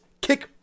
kick